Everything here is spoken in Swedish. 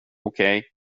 okej